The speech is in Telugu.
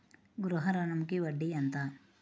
గృహ ఋణంకి వడ్డీ ఎంత?